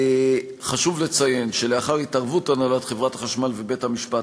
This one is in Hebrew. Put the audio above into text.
חשוב לציין שלאחר התערבות הנהלת חברת החשמל ובית-המשפט,